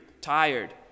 tired